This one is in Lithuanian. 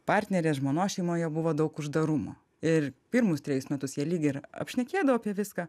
partnerės žmonos šeimoje buvo daug uždarumo ir pirmus trejus metus jie lyg ir apšnekėdavo apie viską